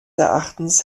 erachtens